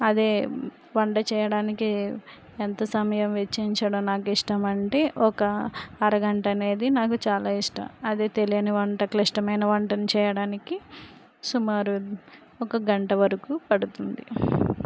అదే వంట చేయడానికి ఎంత సమయం వెచ్చించడం నాకు ఇష్టమంటే ఒక అరగంట అనేది నాకు చాలా ఇష్టం అదే తెలియని వంట క్లిష్టమైన వంటను చేయడానికి సుమారు ఒక గంట వరకు పడుతుంది